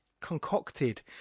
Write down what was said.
concocted